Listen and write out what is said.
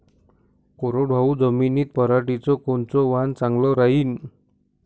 कोरडवाहू जमीनीत पऱ्हाटीचं कोनतं वान चांगलं रायीन?